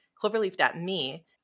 Cloverleaf.me